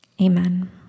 Amen